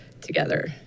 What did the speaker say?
together